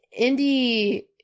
indie